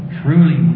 truly